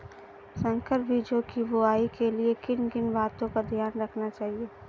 संकर बीजों की बुआई के लिए किन किन बातों का ध्यान रखना चाहिए?